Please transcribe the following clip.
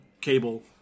cable